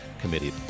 Committee